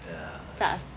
炸死